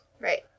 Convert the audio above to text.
Right